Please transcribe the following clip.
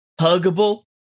huggable